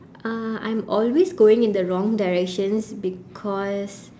uh I'm always going in the wrong directions because